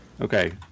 Okay